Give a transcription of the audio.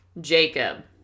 Jacob